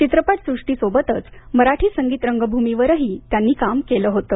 चित्रपटसृष्टी सोबतच मराठी संगीत रंगभूमीवरही त्यांनी काम केलं होतं